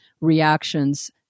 reactions